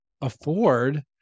afford